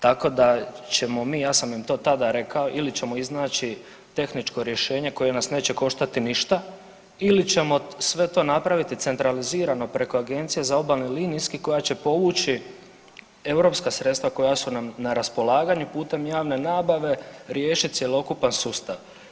Tako da ćemo, ja sam im to tada rekao ili ćemo iznaći tehničko rješenje koje nas neće koštati ništa ili ćemo sve to napraviti centralizirano preko Agencije za obalni, linijski koja će povući europska sredstva koja su nam na raspolaganju putem javne nabave riješit cjelokupan sustav.